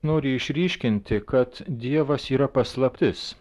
nori išryškinti kad dievas yra paslaptis